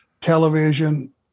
television